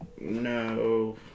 No